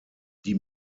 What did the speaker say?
die